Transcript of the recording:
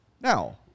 Now